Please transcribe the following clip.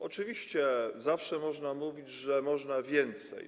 Oczywiście zawsze można mówić, że można więcej.